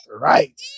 Right